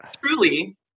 truly